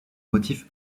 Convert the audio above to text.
motif